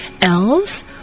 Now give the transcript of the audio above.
Elves